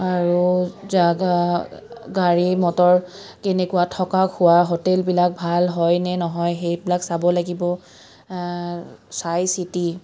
আৰু জাগা গাড়ী মটৰ কেনেকুৱা থকা খোৱা হোটেলবিলাক ভাল হয় নে নহয় সেইবিলাক চাব লাগিব চাই চিতি